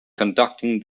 conducting